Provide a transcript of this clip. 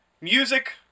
Music